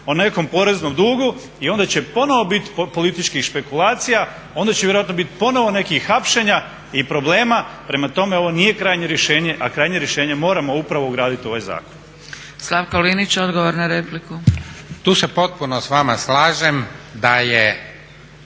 o nekom poreznom dugu i onda će ponovo bit političkih špekulacija, onda će vjerojatno bit ponovo nekih hapšenja i problema. Prema tome ovo nije krajnje rješenje, a krajnje rješenje moramo upravo ugradit u ovaj zakon. **Zgrebec, Dragica (SDP)** Slavko Linić, odgovor na repliku. **Linić, Slavko